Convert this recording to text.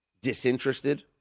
disinterested